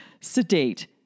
Sedate